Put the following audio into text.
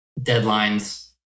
deadlines